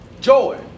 Joy